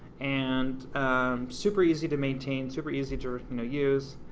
and um super easy to maintain, super easy to, you know, use.